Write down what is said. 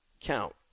count